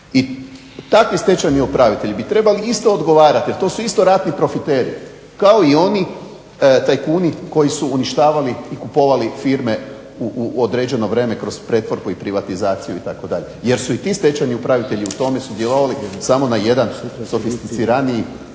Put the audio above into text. I takvi stečajni upravitelji bi trebali isto odgovarati, jer to su isto ratni profiteri kao i oni tajkuni koji su uništavali i kupovali firme u određeno vrijeme kroz pretvorbu i privatizaciju itd. Jer su i ti stečajni upravitelji u tome sudjelovali samo na jedan sofisticiraniji,